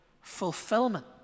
fulfillment